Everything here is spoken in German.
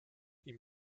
ihm